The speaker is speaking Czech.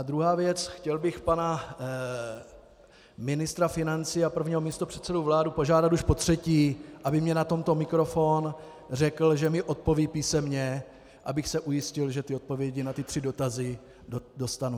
Druhá věc, chtěl bych pana ministra financí a prvního místopředsedu vlády požádat už potřetí, aby mi na tento mikrofon řekl, že mi písemně odpoví, abych se ujistil, že odpovědi na tři dotazy dostanu.